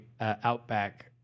outback